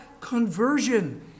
conversion